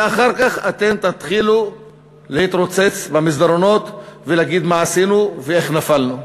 ואחר כך אתם תתחילו להתרוצץ במסדרונות ולהגיד: מה עשינו ואיך נפלנו.